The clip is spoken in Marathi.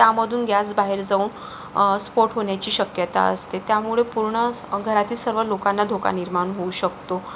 त्यामधून गॅस बाहेर जाऊन स्फोट होण्याची शक्यता असते त्यामुळे पूर्ण घरातील सर्व लोकांना धोका निर्माण होऊ शकतो